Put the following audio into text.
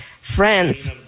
friends